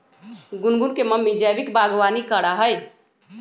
गुनगुन के मम्मी जैविक बागवानी करा हई